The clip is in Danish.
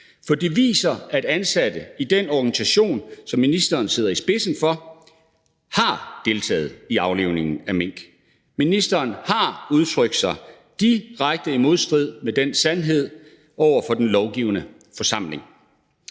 For det viser sig, at ansatte i den organisation, som ministeren sidder i spidsen for, har deltaget i aflivningen af mink, og ministeren har udtrykt sig i direkte modstrid med den sandhed over for den lovgivende forsamling.